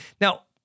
Now